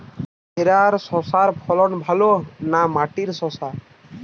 ভেরার শশার ফলন ভালো না মাটির শশার?